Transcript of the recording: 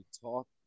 Talk